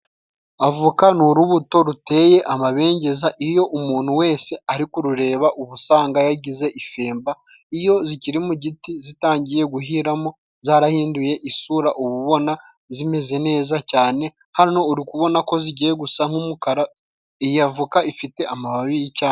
Avoka ni urubuto ruteye amabengeza, iyo umuntu wese ari kurureba ubu usanga yagize ifemba, iyo zikiri mu giti zitangiye guhiramo zarahinduye isura uba ubona zimeze neza cyane, hano urabona ko zigiye gusa nk'umukara, iyi avoka ifite amababi y'icyayi.